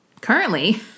currently